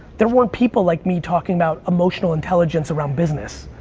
there weren't people like me talking about emotional intelligence around business.